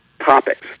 topics